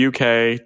UK